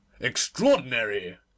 extraordinary